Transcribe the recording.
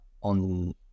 on